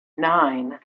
nine